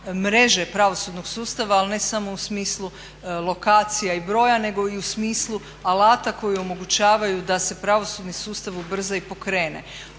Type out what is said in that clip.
mreže pravosudnog sustava ali ne samo u smislu lokacije i broja nego i u smislu alata koji omogućavaju da se pravosudni sustav ubrza i pokrene.